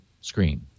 screen